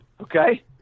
okay